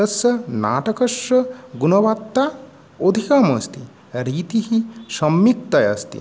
तस्य नाटकस्य गुणवता अधिकम् अस्ति रीतिः सम्यक्तया अस्ति